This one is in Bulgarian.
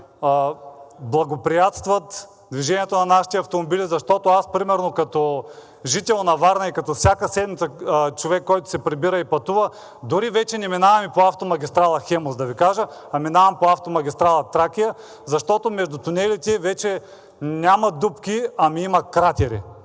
благоприятстват движението на нашите автомобили, защото аз примерно като жител на Варна и като човек, който всяка седмица се прибира и пътува, дори вече не минавам по автомагистрала „Хемус“, да Ви кажа, а минавам по автомагистрала „Тракия“, защото между тунелите вече няма дупки, ами има кратери.